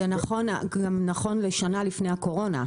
זה גם נכון לשנה לפני הקורונה.